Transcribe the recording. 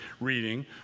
reading